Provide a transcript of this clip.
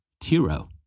Tiro